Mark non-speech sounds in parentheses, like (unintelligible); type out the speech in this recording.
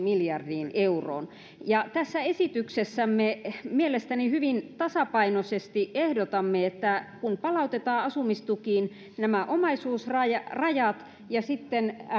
(unintelligible) miljardiin euroon tässä esityksessämme mielestäni hyvin tasapainoisesti ehdotamme että kun palautetaan asumistukiin nämä omaisuusrajat ja sitten